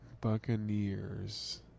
Buccaneers